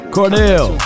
Cornell